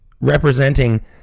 representing